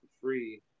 free